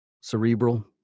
cerebral